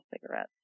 cigarettes